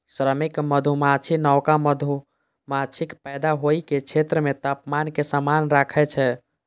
श्रमिक मधुमाछी नवका मधुमाछीक पैदा होइ के क्षेत्र मे तापमान कें समान राखै छै